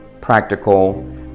practical